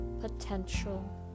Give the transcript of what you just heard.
potential